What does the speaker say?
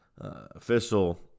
official